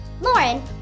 Lauren